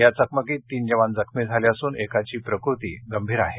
या चकमकीत तीन जवान जखमी झाले असून एकाची प्रकृती गंभीर आहे